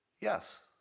Yes